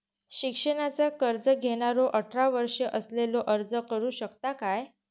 शिक्षणाचा कर्ज घेणारो अठरा वर्ष असलेलो अर्ज करू शकता काय?